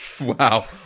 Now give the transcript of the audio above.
Wow